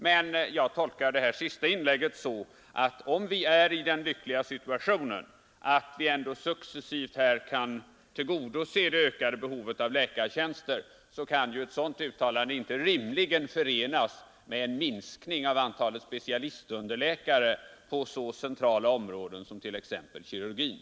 Men jag tolkar detta senaste inlägg så, att om vi befinner oss i den lyckliga situationen att vi successivt kan tillgodose det ökade behovet av läkartjänster, kan ett sådant uttalande rimligen inte förenas med en minskning av antalet specialistunderläkare på så centrala områden som t.ex. kirurgin.